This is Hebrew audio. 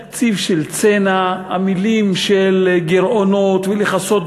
תקציב של צנע, המילים גירעונות וכיסוי